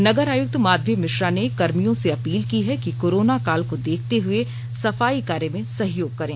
नगर आयक्त माधवी मिश्रा ने कर्मियों से अपील की है कि कोरोना काल को देखते हुए सफाई कार्य में सहयोग करें